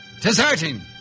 Deserting